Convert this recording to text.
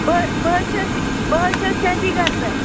بہٕ بہٕ حظ چھَس بہٕ حظ چھَس چندی گھر پٮ۪ٹھ